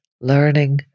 learning